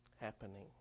happening